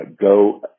go